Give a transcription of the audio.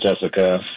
Jessica